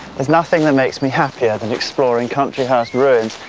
there's nothing that makes me happier than exploring country house ruins,